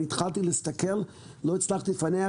התחלתי להסתכל, לא הצלחתי לפענח.